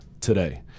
today